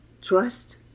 trust